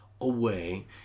away